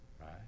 right